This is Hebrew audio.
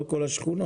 לא כל השכונות.